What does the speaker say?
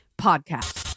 podcast